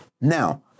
Now